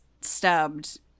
stubbed